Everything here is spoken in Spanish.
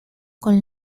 con